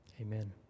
Amen